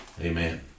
Amen